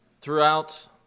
throughout